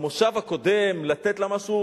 המושב הקודם לתת לה משהו